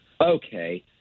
okay